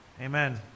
Amen